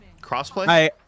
Crossplay